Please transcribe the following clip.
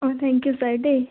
অঁ thank you sir দেই